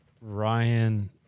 Ryan